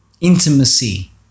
intimacy